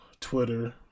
Twitter